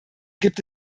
gibt